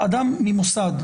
ממוסד.